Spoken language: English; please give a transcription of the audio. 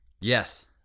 Yes